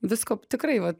visko tikrai vat